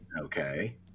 okay